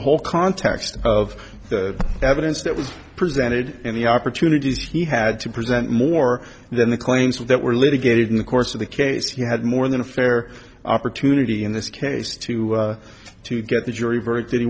the whole context of the evidence that was presented and the opportunities he had to present more than the claims that were litigated in the course of the case you had more than a fair opportunity in this case to to get the jury